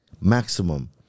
Maximum